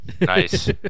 Nice